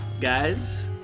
Guys